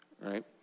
right